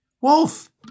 Wolf